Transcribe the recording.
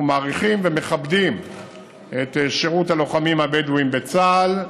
אנחנו מעריכים ומכבדים את שירות הלוחמים הבדואים בצה"ל,